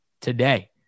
today